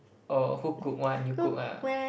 or who cook one you cook ah